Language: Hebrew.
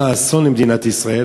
מה האסון למדינת ישראל,